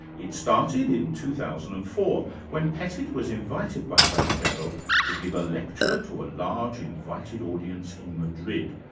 it started in two thousand and four when pettit was invited by zapatero to give a lecture to a large invited audience in madrid,